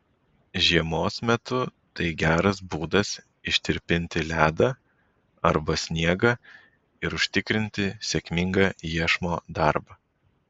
žiemos metu tai geras būdas ištirpinti ledą arba sniegą ir užtikrinti sėkmingą iešmo darbą